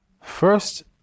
First